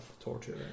torture